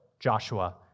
Joshua